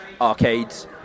arcades